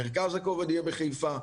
מרכז הכובד יהיה בחיפה,